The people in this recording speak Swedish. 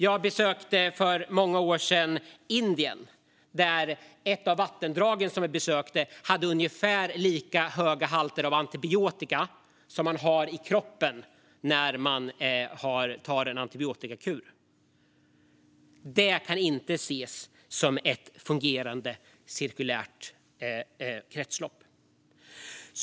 Jag besökte för många år sedan Indien, där ett av de vattendrag som jag besökte hade ungefär lika höga halter av antibiotika som man har i kroppen när man tar en antibiotikakur. Det kan inte ses som ett fungerande cirkulärt kretslopp.